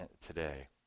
today